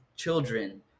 children